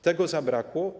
Tego zabrakło.